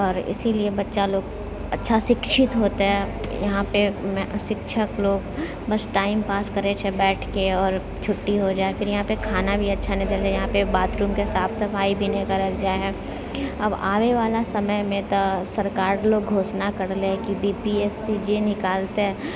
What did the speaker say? आओर इसीलिए बच्चा लोग अच्छा शिक्षित होतै यहाँ पर शिक्षक लोग बस टाइम पास करै छै बैठके आओर छुट्टी हो जाइ है फिर यहाँपर खाना भी अच्छा नहि दै है यहाँपर बाथरूमके साफ सफाइ भी नहि करल जाइ है अब आवैवला समयमे तऽ सरकार लोग घोषणा करले है कि बी पी एस सी जे निकालतै